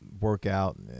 workout